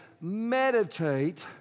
meditate